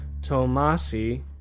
Tomasi